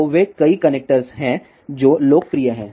तो वे कई कनेक्टर्स हैं जो लोकप्रिय हैं